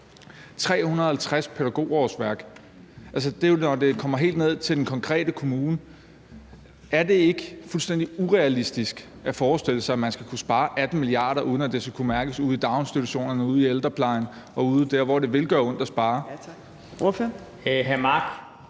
350 pædagogårsværk – altså, det er jo, når det kommer helt ned til den konkrete kommune. Er det ikke fuldstændig urealistisk at forestille sig, at man skal kunne spare 18 mia. kr., uden at det kan mærkes ude i daginstitutionerne, ude i ældreplejen og ude der, hvor det vil gøre ondt at spare?